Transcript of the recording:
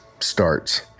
starts